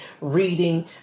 reading